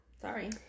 sorry